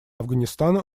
афганистана